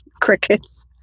crickets